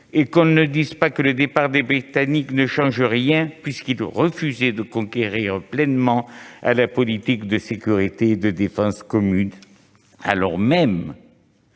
et que l'on ne soutienne pas que le départ des Britanniques ne change rien, puisqu'ils refusaient de concourir pleinement à la politique de sécurité et de défense commune, alors même